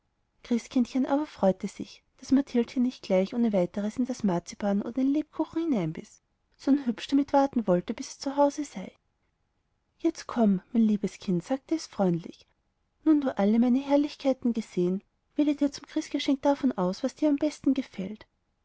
christkindchen aber freute sich daß mathildchen nicht gleich ohne weiteres in das marzipan oder den lebkuchen hineinbiß sondern hübsch damit warten wollte bis es zu hause sei jetzt komm mein liebes kind sagte es freundlich nun du alle meine herrlichkeiten gesehen wähle dir zum christgeschenk davon aus was dir am besten gefällt